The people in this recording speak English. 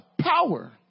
power